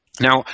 Now